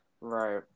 Right